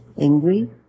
angry